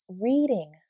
reading